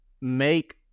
make